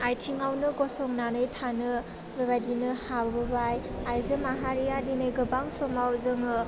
आथिङावनो गसंनानै थानो बेबायदिनो हाबोबाय आइजो माहारिया दिनै गोबां समाव जोङो